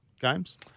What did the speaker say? games